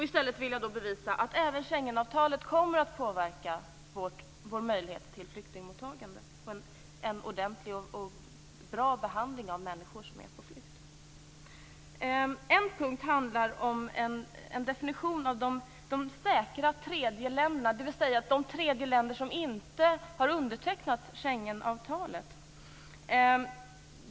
I stället vill jag bevisa att även Schengenavtalet kommer att påverka vår möjlighet till flyktingmottagande och en ordentlig och bra behandling av människor som är på flykt. En punkt handlar om en definition av de säkra tredjeländerna, dvs. de tredjeländer som inte har undertecknat Schengenavtalet.